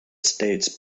states